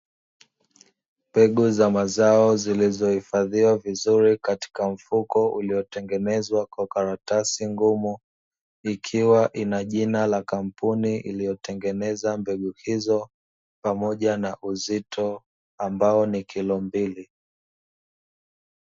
Mbegu za mazao zilizohifadhiwa vizuri katika mfuko uliotengenezwa kwa karatasi ngumu, ikiwa ina jina la kampuni iliyotengeneza mbegu hizo, pamoja na uzito ambao ni kilo mbili.